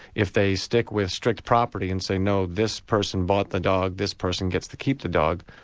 if they stick with strict property and say, no, this person bought the dog, this person gets to keep the dog.